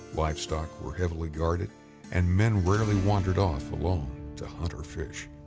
livestock were heavily guarded and men rarely wandered off alone to hunt or fish.